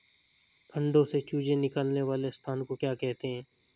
अंडों से चूजे निकलने वाले स्थान को क्या कहते हैं?